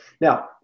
Now